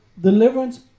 deliverance